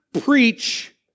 preach